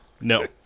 No